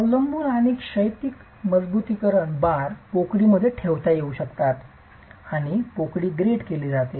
अनुलंब आणि क्षैतिज मजबुतीकरण बार पोकळीमध्ये ठेवता येऊ शकतात आणि पोकळी ग्रेट केली जाते